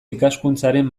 ikaskuntzaren